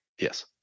Yes